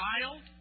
child